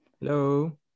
Hello